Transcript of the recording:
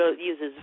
uses